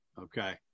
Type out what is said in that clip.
okay